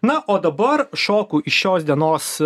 na o dabar šoku į šios dienos